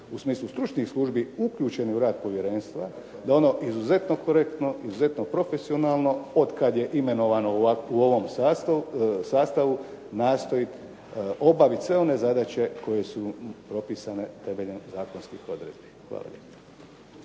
u smislu stručnih službi uključeni u rad povjerenstva, da je ono izuzetno korektno, izuzetno profesionalno, otkad je imenovano u ovom sastavu nastoji obavit sve one zadaće koje su propisane temeljem zakonskih odredbi. Hvala